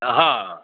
ہاں